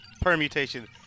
permutation